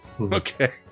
Okay